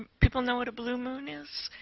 people know what a blue moon is?